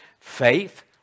Faith